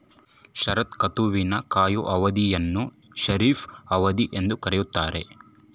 ಶರತ್ ಋತುವಿನ ಕೊಯ್ಲು ಅವಧಿಯನ್ನು ಖಾರಿಫ್ ಅವಧಿ ಎಂದು ಕರೆಯುತ್ತಾರೆ